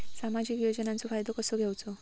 सामाजिक योजनांचो फायदो कसो घेवचो?